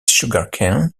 sugarcane